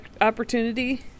Opportunity